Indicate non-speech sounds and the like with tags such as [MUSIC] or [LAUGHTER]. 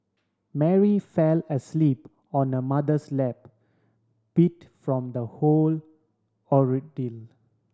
Mary fell asleep on her mother's lap beat from the whole [UNINTELLIGIBLE]